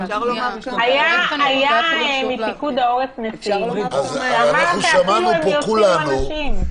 היה נציג מפיקוד העורף ואמר שאפילו הם יוציאו אנשים.